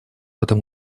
этом